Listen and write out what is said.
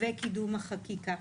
וקידום החקיקה.